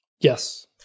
Yes